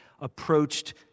approached